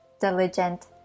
diligent